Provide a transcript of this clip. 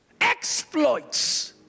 Exploits